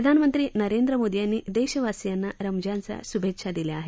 प्रधानमंत्री नरेंद्र मोदी यांनी देशवासियांना रमजानच्या शूभेच्छा दिल्या आहेत